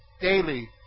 daily